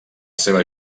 seva